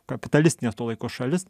kapitalistines to laiko šalis